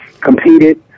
competed